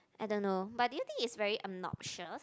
I don't know but do you think it's very obnoxious